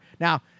Now